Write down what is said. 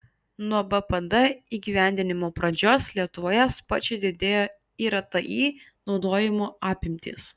nuo bpd įgyvendinimo pradžios lietuvoje sparčiai didėjo irti naudojimo apimtys